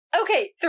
okay